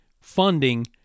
funding